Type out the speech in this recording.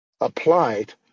applied